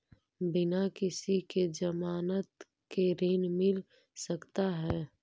बिना किसी के ज़मानत के ऋण मिल सकता है?